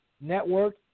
Network